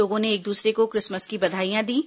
लोगों ने एक दूसरे को क्रिसमस की बधाइयां दीं